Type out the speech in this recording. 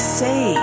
say